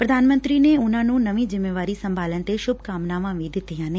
ਪ੍ਰਧਾਨ ਮੰਤਰੀ ਨੇ ਉਨ੍ਹਾ ਨੂੰ ਨਵੀ ਜਿਮੇਵਾਰੀ ਸੰਭਾਲਣ ਤੇ ਸੁਭਕਾਮਨਾਵਾਂ ਵੀ ਦਿੱਤੀਆਂ ਨੇ